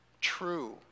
true